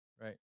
right